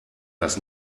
das